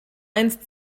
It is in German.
einst